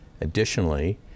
additionally